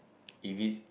if is